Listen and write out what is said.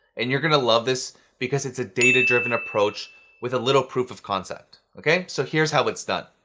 and you're gonna love this because it's a data-driven approach with a little proof of concept. okay? so here's how it's done.